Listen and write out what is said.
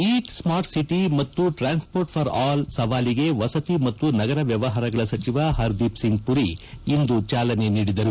ಈಟ್ smart city ಮತ್ತು transport for all ಸವಾಲಿಗೆ ವಸತಿ ಮತ್ತು ನಗರ ವ್ಯವಹಾರಗಳ ಸಚಿವ ಪರ್ದೀಪ್ ಸಿಂಗ್ ಮರಿ ಇಂದು ಚಾಲನೆ ನೀಡಿದರು